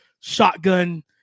shotgun